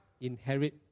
inherit